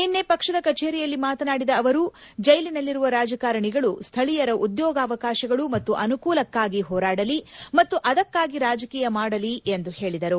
ನಿನ್ನೆ ಪಕ್ಷದ ಕಚೇರಿಯಲ್ಲಿ ಮಾನತಾದಿದ ಅವರು ಜೈಲಿನಲ್ಲಿರುವ ರಾಜಕಾರಣಿಗಳು ಸ್ಥಳೀಯರ ಉದ್ಯೋಗವಾಕಾಶಗಳು ಮತ್ತು ಅನುಕೂಲಕ್ಕಾಗಿ ಹೋರಾಡಾಲಿ ಮತ್ತು ಅದಕ್ಕಾಗಿ ರಾಜಕೀಯ ಮಾಡಲಿ ಎಂದು ಹೇಳಿದರು